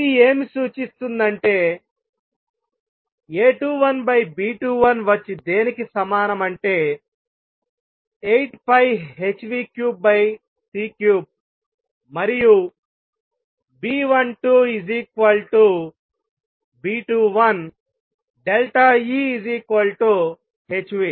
ఇది ఏమి సూచిస్తుంది అంటే A21 B21 వచ్చి దేనికి సమానం అంటే 8πh3c3మరియు B12 B21 delta E h